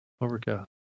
Overcast